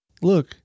Look